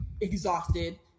exhausted